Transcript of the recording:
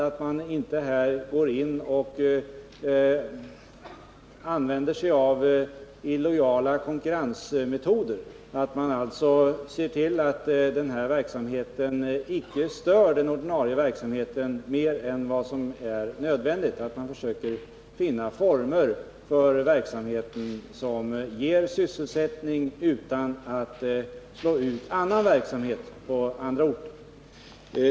Vi måste se till att man här inte använder sig av illojala konkurrensmetoder, att denna verksamhet inte stör den ordinarie verksamheten mer än vad som är nödvändigt och att man försöker finna former för verksamheten som ger sysselsättning utan att slå ut annan sysselsättning på andra orter.